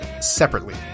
separately